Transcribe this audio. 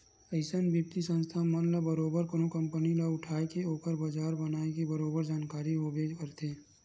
अइसन बित्तीय संस्था मन ल बरोबर कोनो कंपनी ल उठाय के ओखर बजार बनाए के बरोबर जानकारी होबे करथे